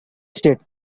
state